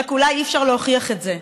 רק אולי אי-אפשר להוכיח את זה,